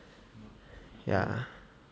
ya